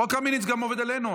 חוק קמיניץ עובד גם עלינו.